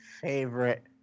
favorite